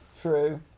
True